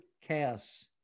chaos